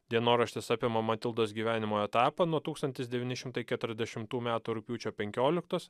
dienoraštis apima matildos gyvenimo etapą nuo tūkstantis devyni šimtai keturiasdešimtų metų rugpjūčio penkioliktos